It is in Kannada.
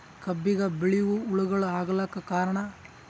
ಕಬ್ಬಿಗ ಬಿಳಿವು ಹುಳಾಗಳು ಆಗಲಕ್ಕ ಕಾರಣ?